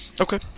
okay